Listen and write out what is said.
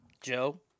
Joe